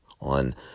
on